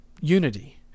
unity